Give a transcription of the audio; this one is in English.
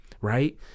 right